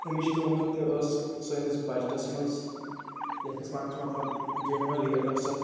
اَمِچ قۭمَتھ تہِ ٲسۍ سٲنِس بَجٹَس منٛز یَتھ أسۍ وَنَان چھِ مطلب جیٚنوَن ریٹ ٲسۍ اَتھ